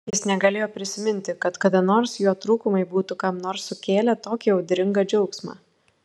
jis negalėjo prisiminti kad kada nors jo trūkumai būtų kam nors sukėlę tokį audringą džiaugsmą